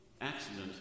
Accident